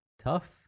tough